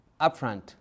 upfront